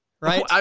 Right